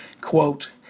quote